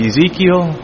Ezekiel